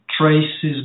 traces